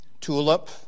TULIP